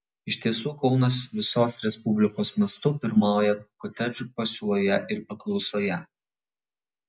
iš tiesų kaunas visos respublikos mastu pirmauja kotedžų pasiūloje ir paklausoje